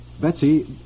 Betsy